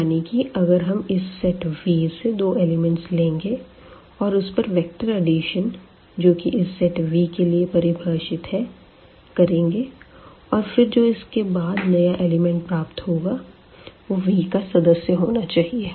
यानी कि अगर हम इस सेट V से दो एलिमेंट लेंगे और उसपर वेक्टर एडिशन जो कि इस सेट V के लिए परिभाषित है करेंगे और फिर जो इसके बाद नया एलिमेंट प्राप्त होगा वो V का सदस्य होना चाहिए